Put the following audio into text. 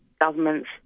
governments